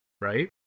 right